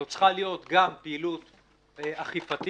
זאת צריכה להיות גם פעילות של אכיפה.